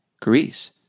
Greece